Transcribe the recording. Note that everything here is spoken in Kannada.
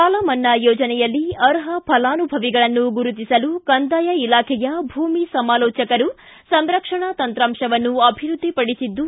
ಸಾಲ ಮನ್ನಾ ಯೋಜನೆಯಲ್ಲಿ ಅರ್ಹ ಫಲಾನುಭವಿಗಳನ್ನು ಗುರುತಿಸಲು ಕಂದಾಯ ಇಲಾಖೆಯ ಭೂಮಿ ಸಮಾಲೋಚಕರು ಸಂರಕ್ಷಣಾ ತಂತ್ರಾಂಶವನ್ನು ಅಭಿವೃದ್ದಿ ಪಡಿಸಿದ್ದು